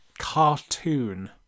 cartoon